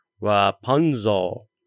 Rapunzel